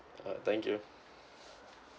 alright thank you